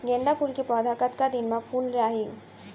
गेंदा फूल के पौधा कतका दिन मा फुल जाही?